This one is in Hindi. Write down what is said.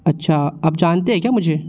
अच्छा आप जानते है क्या मुझे